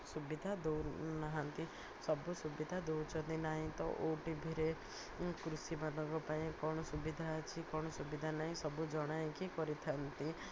ସୁବିଧା ଦଉ ନାହାନ୍ତି ସବୁ ସୁବିଧା ଦେଉଛନ୍ତି ନାଇଁ ତ ଓଟିଭିରେ କୃଷିମାନଙ୍କ ପାଇଁ କ'ଣ ସୁବିଧା ଅଛି କ'ଣ ସୁବିଧା ନାହିଁ ସବୁ ଜଣାଇକି କରିଥାନ୍ତି